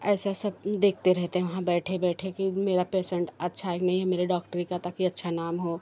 ऐसे सब देखते रहते हैं वहाँ बैठे बैठे कि मेरा पेसेंट अच्छा है कि नहीं मेरे डॉक्टरी का ताकि अच्छा नाम हो